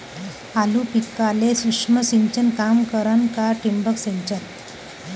आलू पिकाले सूक्ष्म सिंचन काम करन का ठिबक सिंचन?